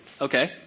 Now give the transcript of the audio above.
Okay